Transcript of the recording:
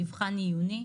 מבחן עיוני,